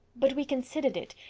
but we considered it,